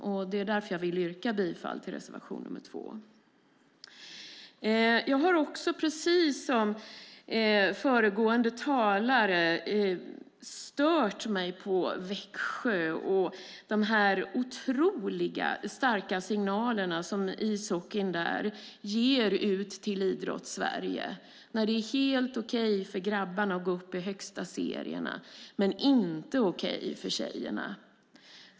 Jag yrkar därför bifall till reservation nr 2. Jag har, precis som föregående talare, störts av Växjö och de otroligt starka signaler som ishockeyn där ger ut till Idrottssverige. Det är där helt okej för grabbarna att gå upp i de högsta serierna, men det är inte okej för tjejerna.